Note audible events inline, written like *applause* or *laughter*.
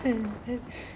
*laughs*